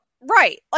Right